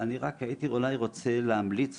אני רק הייתי אולי רוצה להמליץ